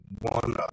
one